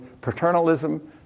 paternalism